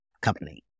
company